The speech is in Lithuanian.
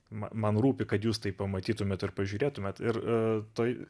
ma man rūpi kad jūs tai pamatytumėt ir pažiūrėtumėt ir tai